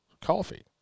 coffee